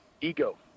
ego